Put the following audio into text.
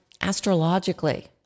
astrologically